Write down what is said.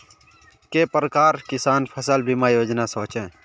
के प्रकार किसान फसल बीमा योजना सोचें?